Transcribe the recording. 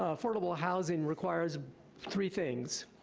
ah affordable housing requires three things,